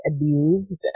abused